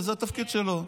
זה התפקיד שלו,